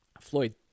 Floyd